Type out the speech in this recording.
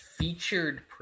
Featured